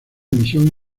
emisión